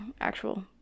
actual